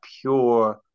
pure